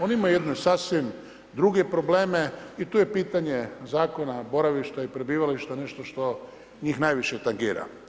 Oni imaju jedne sasvim druge probleme i tu je pitanje Zakona boravišta i prebivališta nešto što njih najviše tangira.